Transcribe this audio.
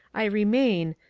i remain,